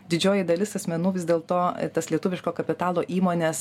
didžioji dalis asmenų vis dėlto tas lietuviško kapitalo įmones